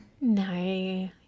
No